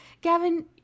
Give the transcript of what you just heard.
Gavin